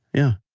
yeah